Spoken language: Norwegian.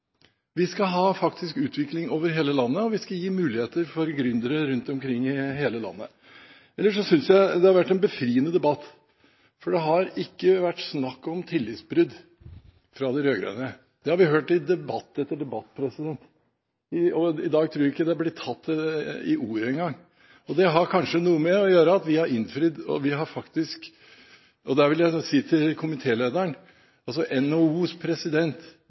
Vi skal faktisk ha utvikling over hele landet, og vi skal gi muligheter for gründere rundt omkring i hele landet. Ellers synes jeg det har vært en befriende debatt, for det har ikke vært snakk om tillitsbrudd fra de rød-grønne. Det har vi hørt i debatt etter debatt, og i dag tror jeg ikke det har blitt nevnt med et ord engang. Det har kanskje noe å gjøre med at vi har innfridd. Jeg vil si til komitélederen at administrerende direktør i NHO sa at det